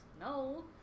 No